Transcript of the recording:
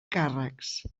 càrrecs